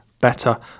better